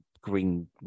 green